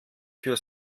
für